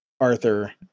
arthur